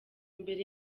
imbere